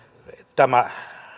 tämä